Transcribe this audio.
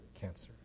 cancer